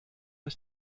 ist